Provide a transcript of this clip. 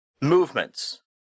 movements